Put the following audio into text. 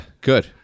good